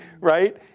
Right